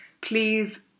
please